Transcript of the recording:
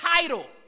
title